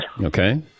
Okay